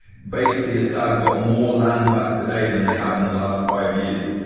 basically, assad got more land back today than they have in the last five years,